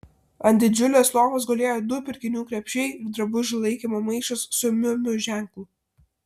ant didžiulės lovos gulėjo du pirkinių krepšiai ir drabužių laikymo maišas su miu miu ženklu